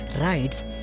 writes